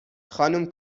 خانوم